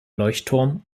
leuchtturm